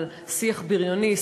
על שיח בריוני,